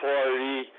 Party